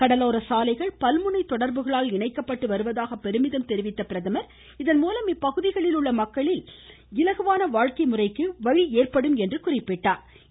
கடலோர சாலைகள் பல்முனை தொடர்புகளால் இணைக்கப்பட்டு வருவதாக பெருமிதம் தெரிவித்த பிரதமர் இதன் மூலம் இப்பகுதிகளில் உள்ள மக்களின் இலகுவான வாழ்க்கை முறைக்கு வழி ஏற்படும் என்றார்